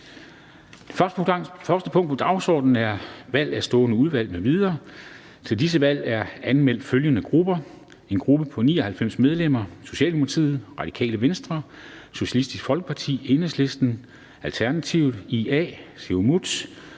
første punkt på dagsordenen er: 1) Valg af stående udvalg m.v. Kl. 13:04 Formanden (Henrik Dam Kristensen): Til disse valg er anmeldt følgende valggrupper: en gruppe på 99 medlemmer: Socialdemokratiet, Radikale Venstre, Socialistisk Folkeparti, Enhedslisten, Alternativet, Inuit